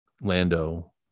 Lando